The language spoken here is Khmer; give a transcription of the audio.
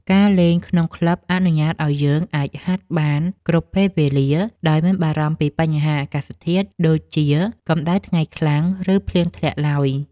ការលេងក្នុងក្លឹបអនុញ្ញាតឱ្យយើងអាចហាត់បានគ្រប់ពេលវេលា ដោយមិនបារម្ភពីបញ្ហាអាកាសធាតុដូចជា កម្ដៅថ្ងៃខ្លាំង ឬភ្លៀងធ្លាក់ឡើយ។